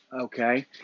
Okay